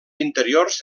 interiors